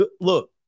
look